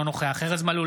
אינו נוכח ארז מלול,